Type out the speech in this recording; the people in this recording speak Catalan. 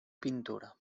pintura